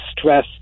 stress